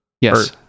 Yes